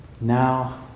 now